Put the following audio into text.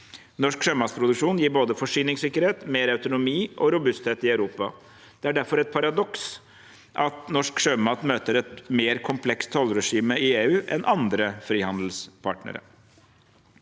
Norsk sjømatproduksjon gir både forsyningssikkerhet, mer autonomi og robusthet i Europa. Det er derfor et paradoks at norsk sjømat møter et mer komplekst tollregime i EU enn andre frihandelspartnere.